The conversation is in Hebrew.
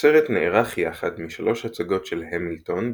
הסרט נערך יחד משלוש הצגות של "המילטון"